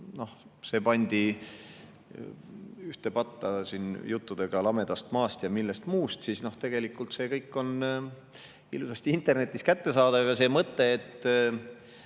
see pandi ühte patta juttudega lamedast maast ja millestki muust, siis tegelikult see kõik on ilusasti internetis kättesaadav. See mõte,